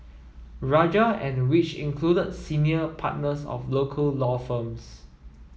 rajah and which included senior partners of local law firms